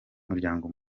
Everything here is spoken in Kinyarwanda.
muryango